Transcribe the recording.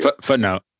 Footnote